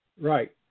Right